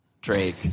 Drake